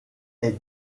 est